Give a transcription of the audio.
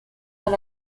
dans